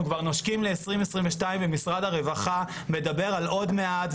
אנחנו כבר נושקים ל-2022 ומשרד הרווחה מדבר על עוד מעט,